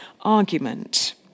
argument